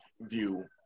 view